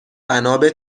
بنابه